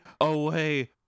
away